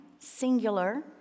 singular